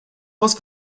fost